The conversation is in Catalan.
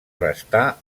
restar